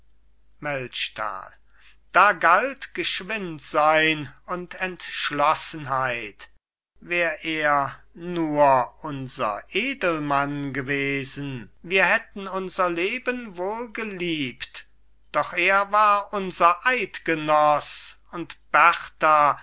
da galt geschwindsein und entschlossenheit wär er nur unser edelmann gewesen wir hätten unser leben wohl geliebt doch er war unser eidgenoss und berta